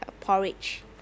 Porridge